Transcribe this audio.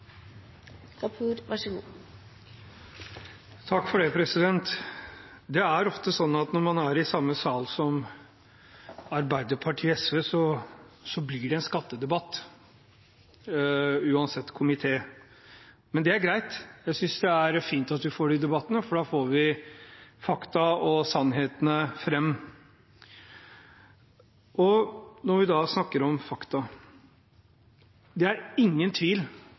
SV, så blir det en skattedebatt, uansett komité. Men det er greit, jeg synes det er fint at vi får de debattene, for da får vi fakta og sannheten fram. Når vi snakker om fakta – det er ingen tvil